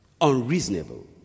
unreasonable